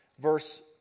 verse